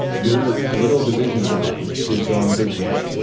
your little division of the bank is going to get,